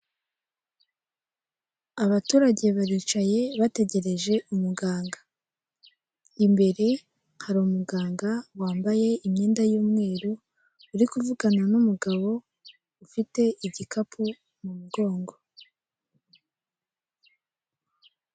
Abaturage baricaye bategereje umuganga imbere hari umuganga wambaye imyenda y'umweru uri kuvugana n'umugabo ufite igikapu mu mugongo.